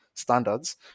standards